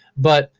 but,